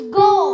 go